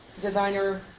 designer